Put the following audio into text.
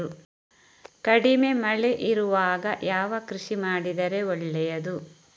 ಕಡಿಮೆ ಮಳೆ ಇರುವಾಗ ಯಾವ ಕೃಷಿ ಮಾಡಿದರೆ ಒಳ್ಳೆಯದು?